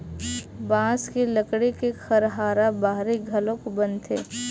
बांस के लकड़ी के खरहारा बाहरी घलोक बनथे